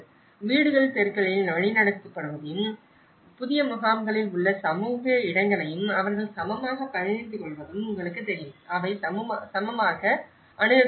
வீடுகள் தெருக்களில் வழிநடத்தப்படுவதையும் புதிய முகாம்களில் உள்ள சமூக இடங்களையும் அவர்கள் சமமாகப் பகிர்ந்துகொள்வதும் உங்களுக்குத் தெரியும் அவை சமமாக அணுகக்கூடியவை